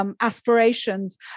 aspirations